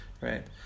right